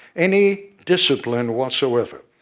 any discipline whatsoever,